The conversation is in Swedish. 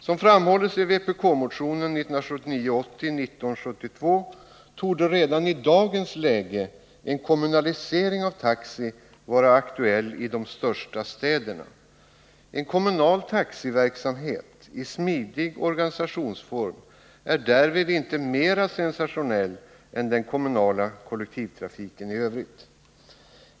Som framhålls i vpk-motionen 1979/80:1972 torde redan i dagens läge en kommunalisering av taxi vara aktuell i de största städerna. En kommunal taxiverksamhet i smidig organisationsform är därvid inte mer sensationell än den kommunala kollektivtrafiken i övrigt.